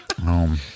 home